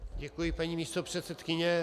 Děkuji, paní místopředsedkyně.